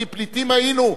כי פליטים היינו,